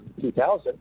2000